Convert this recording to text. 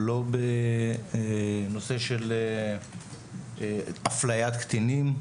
לא בנושא אפליית קטינים,